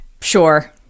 Sure